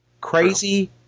Crazy